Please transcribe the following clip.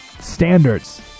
standards